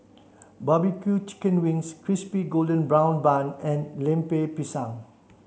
barbecue chicken wings crispy golden brown bun and Lemper Pisang